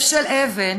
לב של אבן